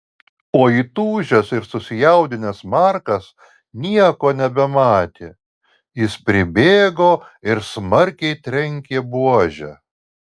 o įtūžęs ir susijaudinęs markas nieko nebematė jis pribėgo ir smarkiai trenkė buože